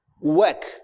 work